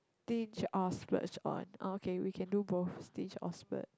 stinge or splurge on oh okay we can do both stinge or splurge